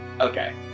Okay